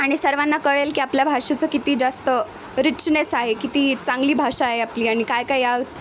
आणि सर्वांना कळेल की आपल्या भाषेचं किती जास्त रिचनेस आहे किती चांगली भाषा आहे आपली आणि काय काय या